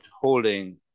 holding